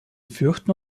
fürchten